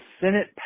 Senate